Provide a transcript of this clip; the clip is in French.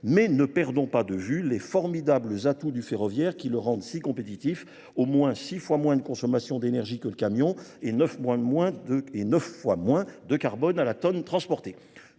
Mais ne perdons pas de vue les formidables atouts du ferroviaire qui le rendent si compétitif, au moins six fois moins de consommation d'énergie que le camion et neuf fois moins de carbone à la tonne transporté.